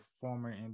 former